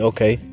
Okay